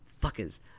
Fuckers